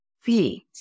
feet